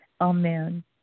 Amen